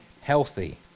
healthy